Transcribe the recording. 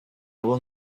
will